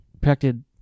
Protected